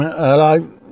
Hello